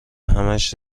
همش